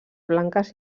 blanques